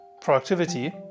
productivity